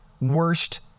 worst